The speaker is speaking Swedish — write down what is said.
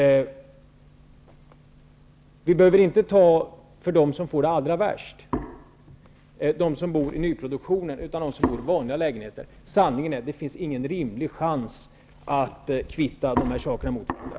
Vi behöver inte ta den som får det allra värst som exempel, de som bor i nyproduktionen, utan vi kan ta den som bor i vanliga lägenheter. Sanningen är att det inte finns någon rimlig chans att kvitta dessa saker mot varandra.